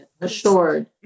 Assured